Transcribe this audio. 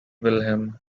wilhelm